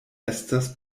estas